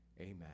Amen